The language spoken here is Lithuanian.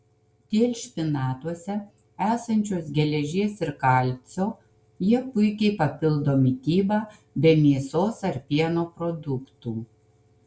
dėl špinatuose esančios geležies ir kalcio jie puikiai papildo mitybą be mėsos ar pieno produktų